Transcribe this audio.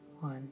one